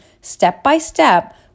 step-by-step